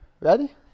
Ready